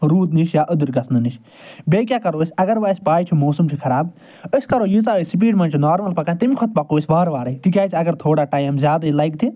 روٗد نِش یا أدٕر گژھنہٕ نِش بییٚہِ کیٛاہ کَرو أسۍ اگر وۄنۍ اَسہِ پَے چھِ موسم چھُ خراب أسۍ کَرو ییٖژاہ أسۍ سِپیٖڈِ منٛز چھِ نارمل پکان تَمہِ کھۄتہٕ پکو أسۍ وارٕ وارَے تِکیٛازِ اگر تھوڑا ٹایم زیادَے لگہِ تہِ